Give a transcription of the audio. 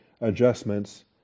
adjustments